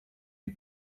you